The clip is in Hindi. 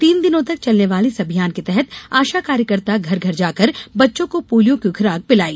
तीन दिनों तक चलने वाले इस अभियान के तहत आशा कार्यकर्ताओं ने घर घर जाकर बच्चों को पोलिया की खुराक पिलाई